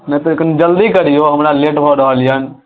नहि तऽ कनि जल्दी करियौ हमरा लेट भऽ रहल यए